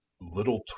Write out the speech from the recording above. little